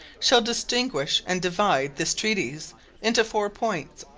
shall distinguish and divide this treatise into foure poynts,